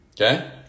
Okay